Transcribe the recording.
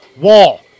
Wall